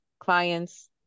clients